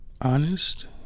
honest